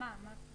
איך?